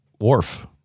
Worf